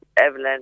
Evelyn